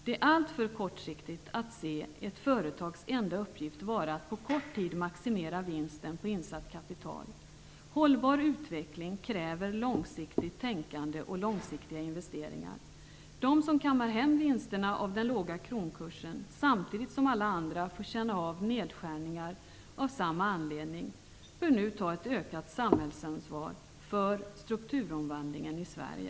Det är alltför kortsiktigt att se ett företags enda uppgift vara att på kort tid maximera vinsten på insatt kapital. Hållbar utveckling kräver långsiktigt tänkande och långsiktiga investeringar. De som kammar hem vinsterna av den låga kronkursen, samtidigt som alla andra får känna av nedskärningar av samma anledning, bör nu ta ett ökat samhällsansvar för strukturomvandlingen i Sverige.